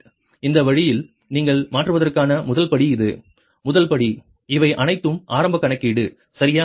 இந்த வழியில் நீங்கள் மாற்றுவதற்கான முதல் படி இது முதல் படி இவை அனைத்தும் ஆரம்ப கணக்கீடு சரியா